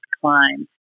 climb